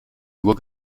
nur